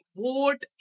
vote